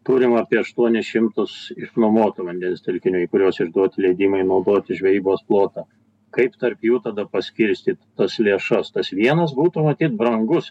kuriamo apie aštuonis šimtus išnuomotų vandens telkinių į kuriuos išduoti leidimai naudoti žvejybos plotą kaip tarp jų tada paskirstyt tas lėšas tas vienas būtų matyt brangus